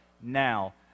now